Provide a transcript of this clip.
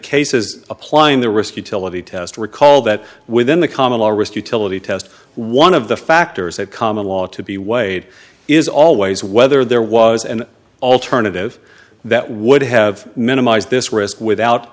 cases applying the risk utility test recall that within the common law risk utility test one of the factors that common law to be weighed is always whether there was an alternative that would have minimized this risk without